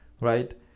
Right